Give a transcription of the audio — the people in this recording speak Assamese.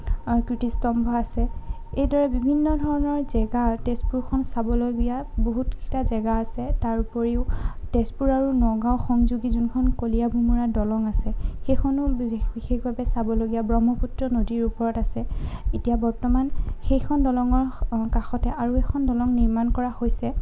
আৰু কীৰ্তিস্তম্ভ আছে এইদৰে বিভিন্ন ধৰণৰ জেগা তেজপুৰখন চাবলগীয়া বহুতকেইটা জেগা আছে তাৰ উপৰিও তেজপুৰ আৰু নগাঁও সংযোগী যোনখন কলীয়াভোমোৰা দলং আছে সেইখনো বিবি বিশেষভাৱে চাবলগীয়া ব্ৰহ্মপুত্ৰ নদীৰ ওপৰত আছে এতিয়া বৰ্তমান সেইখন দলঙৰ কাষতে আৰু এখন দলং নিৰ্মাণ কৰা হৈছে